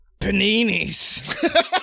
Paninis